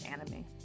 anime